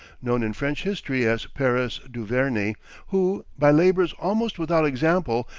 known in french history as paris-duverney, who, by labors almost without example,